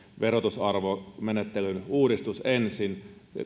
verotusarvomenettelyn uudistus ensin